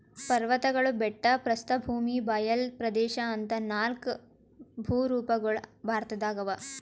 ಪರ್ವತ್ಗಳು ಬೆಟ್ಟ ಪ್ರಸ್ಥಭೂಮಿ ಬಯಲ್ ಪ್ರದೇಶ್ ಅಂತಾ ನಾಲ್ಕ್ ಭೂರೂಪಗೊಳ್ ಭಾರತದಾಗ್ ಅವಾ